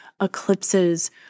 eclipses